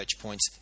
points